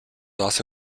also